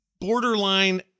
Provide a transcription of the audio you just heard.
borderline